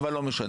אבל לא משנה,